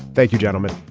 thank you gentlemen.